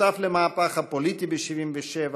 כשותף למהפך הפוליטי ב-1977,